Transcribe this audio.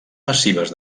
massives